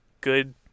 good